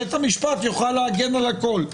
בית המשפט יוכל להגן על הכול.